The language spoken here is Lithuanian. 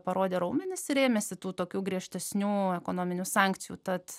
parodė raumenis ir ėmėsi tų tokių griežtesnių ekonominių sankcijų tad